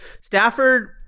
Stafford